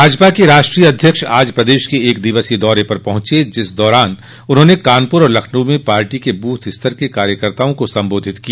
भाजपा के राष्ट्रीय अध्यक्ष आज प्रदेश के एक दिवसीय दौरे पर पहुंचे जिस दौरान उन्होंने कानपुर और लखनऊ में पार्टी के बूथ स्तर के कार्यकर्ताओं को संबोधित किया